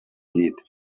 llit